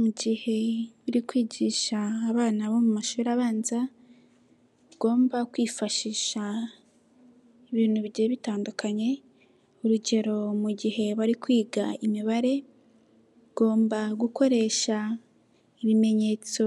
Mu gihe biri kwigisha abana bo mu mashuri abanza ugomba kwifashisha ibintu bigiye bitandukanye, urugero mu gihe bari kwiga imibare ugomba gukoresha ibimenyetso